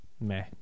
meh